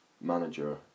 manager